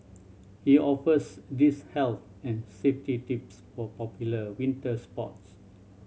he offers these health and safety tips for popular winter sports